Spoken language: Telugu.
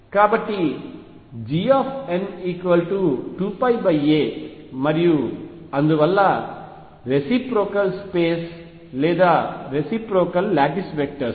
కాబట్టి Gn 2πa మరియు అందువలన రెసిప్రొకల్ స్పేస్ లేదా రెసిప్రొకల్ లాటిస్ వెక్టర్స్